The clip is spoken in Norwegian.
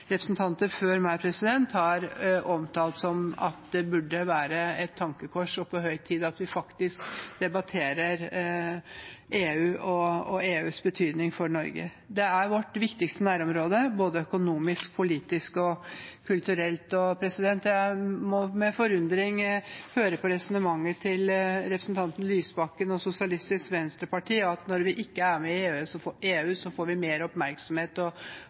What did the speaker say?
Representanter før meg har omtalt at det burde være et tankekors og på høy tid at vi faktisk debatterer EU og EUs betydning for Norge. Det er vårt viktigste nærområde både økonomisk, politisk og kulturelt. Jeg hørte med forundring resonnementet til representanten Lysbakken og Sosialistisk Venstreparti, om at vi, når vi ikke er med i EU, får mer oppmerksomhet og mer respekt på andre arenaer. Det er en politikk og